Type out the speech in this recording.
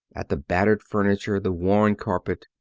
at the battered furniture, the worn carpet.